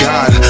God